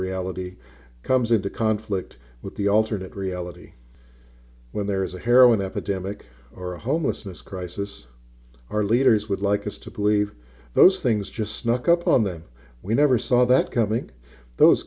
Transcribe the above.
reality comes into conflict with the alternate reality when there is a heroin epidemic or a homelessness crisis our leaders would like us to believe those things just snuck up on them we never saw that coming those